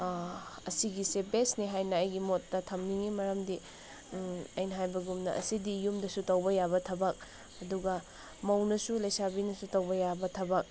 ꯑꯁꯤꯒꯤꯁꯦ ꯕꯦꯁꯅꯦ ꯍꯥꯏꯅ ꯑꯩꯒꯤ ꯃꯣꯠꯇ ꯊꯝꯅꯤꯡꯏ ꯃꯔꯝꯗꯤ ꯑꯩꯅ ꯍꯥꯏꯕꯒꯨꯝꯅ ꯑꯁꯤꯗꯤ ꯌꯨꯝꯗꯁꯨ ꯇꯧꯕ ꯌꯥꯕ ꯊꯕꯛ ꯑꯗꯨꯒ ꯃꯧꯅꯁꯨ ꯂꯩꯁꯥꯕꯨꯅꯁꯨ ꯇꯧꯕ ꯌꯥꯕ ꯊꯕꯛ